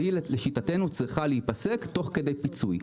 והיא לשיטתנו צריכה להיפסק תוך כדי פיצוי.